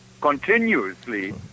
continuously